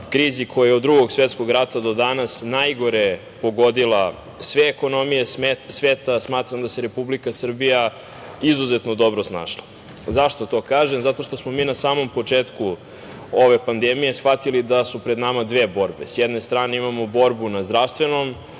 krizi koja je od Drugog svetskog rata do danas najgore pogodila sve ekonomije sveta, smatram da se Republika Srbija izuzetno dobro snašla.Zašto to kažem? Zato što smo mi na samom početku ove pandemije shvatili da su pred nama dve borbe. S jedne strane imamo borbu na zdravstvenom